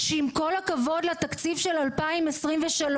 שעם כל הכבוד לתקציב של 2023,